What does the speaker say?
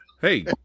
Hey